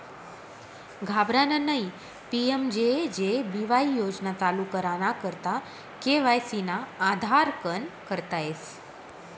घाबरानं नयी PMJJ BY योजना चालू कराना करता के.वाय.सी ना आधारकन करता येस